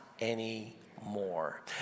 anymore